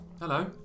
Hello